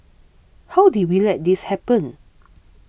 how did we let this happen